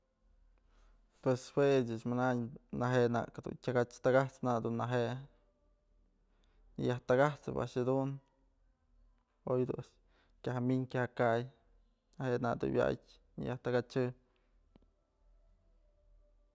Pues juech ëch manayn naje'e nak dun tyakach, takaspë nak dun neje'e yaj takat'sëp a'ax jedun oy dun a'ax kya ja'a kya ja kay neje'e nak dun wa'atyë nëyaj takachë.